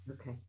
Okay